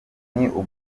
uguhitamo